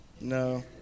No